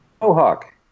mohawk